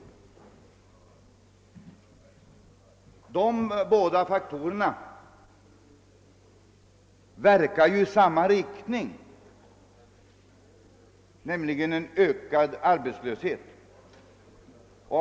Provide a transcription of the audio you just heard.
De båda faktorerna verkar ju i samma riktning, nämligen mot en ökad arbetslöshet.